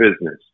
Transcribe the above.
business